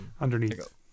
underneath